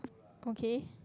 okay